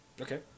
Okay